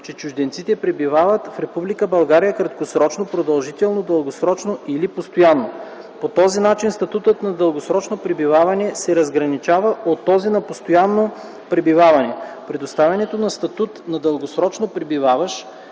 че чужденците пребивават в Република България краткосрочно, продължително, дългосрочно или постоянно. По този начин, статутът на дългосрочно пребиваване се разграничава от този на постоянно пребиваване. Предоставянето на статут на дългосрочно пребиваващ